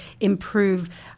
improve